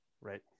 right